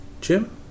Jim